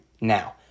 now